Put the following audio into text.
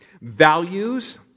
values